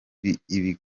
muri